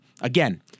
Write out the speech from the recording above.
again